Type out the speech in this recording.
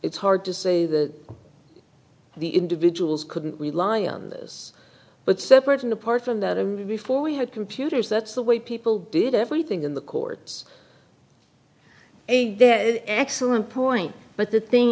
it's hard to say the the individuals couldn't rely on those but separate and apart from that before we had computers that's the way people did everything in the courts excellent point but the thing